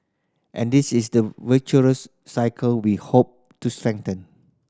and this is the virtuous cycle we hope to strengthen